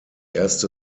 erste